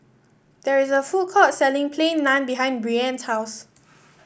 there is a food court selling Plain Naan behind Brianne's house